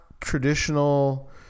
traditional